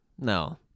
no